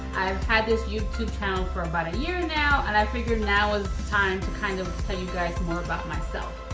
i've had this youtube channel for about a year now, and i figured now is the time to kind of tell you guys more about myself.